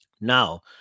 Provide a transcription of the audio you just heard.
Now